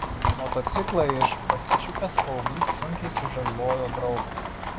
motociklą iž pasičiupęs paauglys sunkiai sužalojo draugą